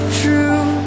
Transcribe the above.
true